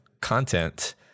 content